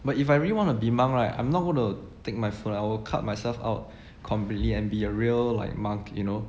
but if I really want to be monk right I'm not going to take my phone ah I will cut myself out completely and be a real like monk you know